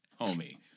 Homie